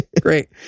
Great